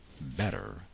better